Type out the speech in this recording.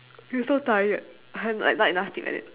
you so tired I like not enough sleep like that